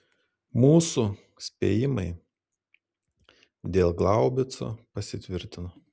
mūsų spėjimai dėl glaubico pasitvirtino